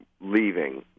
leaving